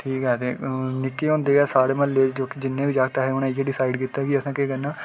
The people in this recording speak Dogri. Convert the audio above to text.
ते ठीक ऐ निक्के होंदे गै साढ़े म्हल्ले च जागत हे असें केह् डिसाइड कीता केह् असें केह् करना